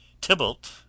Tybalt